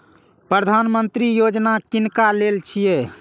प्रधानमंत्री यौजना किनका लेल छिए?